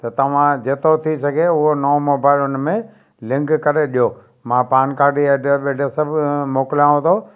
त तव्हां जेतिरो थी सघे उहो नओ मोबाइल हुनमें लिंक करे ॾियो मां पान कार्ड जी एड्रेस वेड्रेस सभु मोकलियाव थो